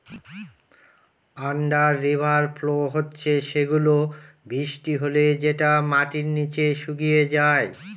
under river flow হচ্ছে সেগুলা বৃষ্টি হলে যেটা মাটির নিচে শুকিয়ে যায়